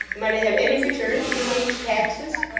am i to have any return for the king's taxes